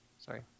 Sorry